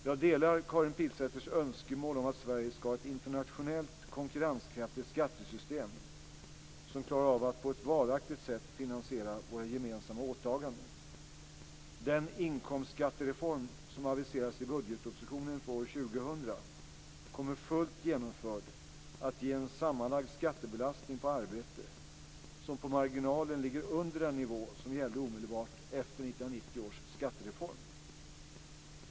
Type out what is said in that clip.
Jag delar Karin Pilsäters önskemål om att Sverige ska ha ett internationellt konkurrenskraftigt skattesystem som klarar av att på ett varaktigt sätt finansiera våra gemensamma åtaganden. Den inkomstskattereform som aviserades i budgetpropositionen för år 2000 kommer fullt genomförd att ge en sammanlagd skattebelastning på arbete som på marginalen ligger under den nivå som gällde omedelbart efter 1990 års skattereform.